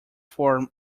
form